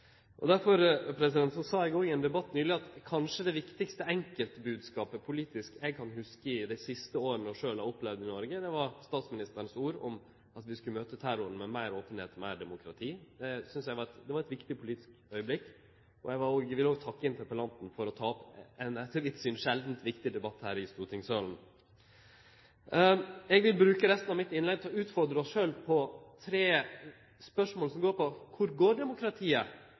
Derfor sa eg òg i ein debatt nyleg at kanskje den viktigaste politiske enkeltbodskapen eg kan hugse, og som eg sjølv har opplevd i Noreg dei siste åra, er statsministerens ord om at vi skal møte terroren med meir openheit og meir demokrati. Det var ein viktig politisk augneblink. Og eg vil òg takke interpellanten for å ta opp ein, etter mitt syn, sjeldant viktig debatt her i stortingssalen. Eg vil bruke resten av mitt innlegg til å utfordre oss sjølve på tre spørsmål som går på: Kvar går demokratiet?